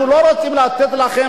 אנחנו לא רוצים לתת לכם,